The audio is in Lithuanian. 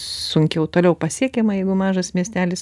sunkiau toliau pasiekiama jeigu mažas miestelis